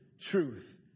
truth